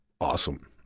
Awesome